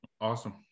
Awesome